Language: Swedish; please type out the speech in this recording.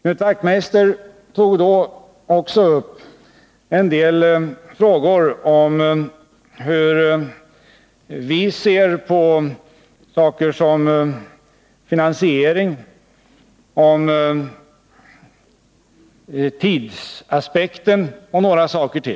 Knut Wachtmeister tog också upp en del frågor om hur vi ser på finansieringen, tidsaspekten m.m.